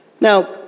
now